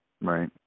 Right